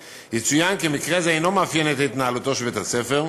יצוין כי מקרה זה אינו מאפיין את התנהלותו של בית-הספר.